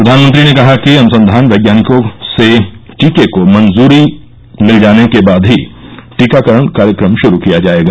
प्रधानमंत्री ने कहा कि अनुसंघान वैज्ञानिकों से टीके को मंजूरी मिल जाने के बाद ही टीकाकरण कार्यक्रम श्रू किया जायेगा